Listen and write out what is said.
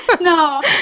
No